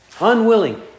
Unwilling